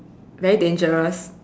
very dangerous